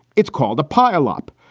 it's called a pileup.